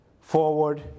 forward